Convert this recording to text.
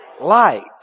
Light